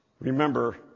Remember